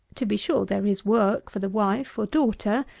to be sure, there is work for the wife, or daughter,